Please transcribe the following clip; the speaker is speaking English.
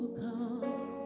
come